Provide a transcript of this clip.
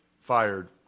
fired